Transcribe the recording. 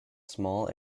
small